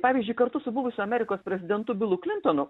pavyzdžiui kartu su buvusiu amerikos prezidentu bilu klintonu